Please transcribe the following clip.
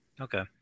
Okay